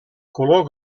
color